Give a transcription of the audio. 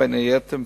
בין היתר,